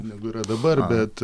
negu yra dabar bet